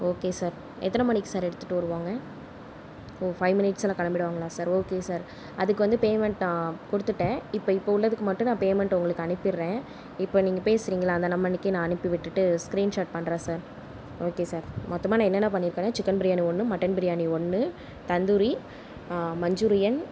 okay sir எத்தனை மணிக்கு sir எடுத்துகிட்டு வருவாங்க ஓ பைவ் மினிட்ஸ் கிளம்பிடுவாங்களா சார் ஓகே சார் அதுக்கு வந்து பேமென்ட் நான் கொடுத்துட்டேன் இப்போ இப்போ உள்ளதுக்கு மட்டும் பேமென்ட் நான் உங்களுக்கு நான் அனுப்பிவிடுறேன் இப்போ நீங்கள் பேசுறீங்ளே அந்த நம்பருக்கே அனுப்பிவிட்டுவிட்டு ஸ்கிரின் ஷாட் பண்ணுறேன் சார் ஓகே சார் மொத்தமாக நான் என்னென்ன பண்ணியிருக்கேன்னா சிக்கன் பிரியாணி ஒன்று மட்டன் பிரியாணி ஒன்று தந்தூரி மஞ்சூரியன்